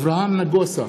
אברהם נגוסה,